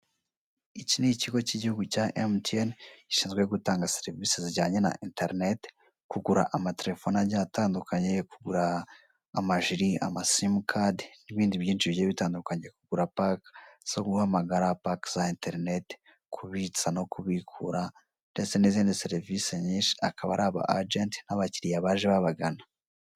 Iki ni ikigo cy'igihugu cya MTN, gishinzwe gutanga serivisi zijyanye na interineti, kugura amatelefone agiye atandukanye, kugura amajiri, amasimukadi n'ibindi byinshi bigiye bitandukanye, kugura pake zo guhamagara, pake za interineti, kubitsa no kubikura ndetse n'izindi serivisi nyinshi akaba ari aba agenti n'abakiriya baje babagana.